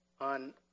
on